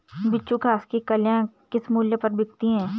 बिच्छू घास की कलियां किस मूल्य पर बिकती हैं?